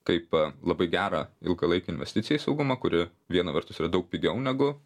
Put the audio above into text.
kaip labai gerą ilgalaikę investiciją į saugumą kuri viena vertus yra daug pigiau negu